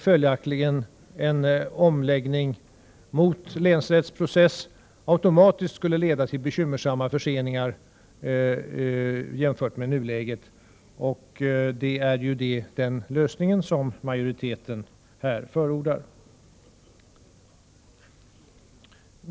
Följaktligen skulle en omläggning till länsrättsprocess automatiskt leda till bekymmersamma förseningar jämfört med nuläget, och det är ju den lösning som majoriteten här förordar.